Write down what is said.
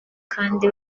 kandi